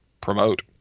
promote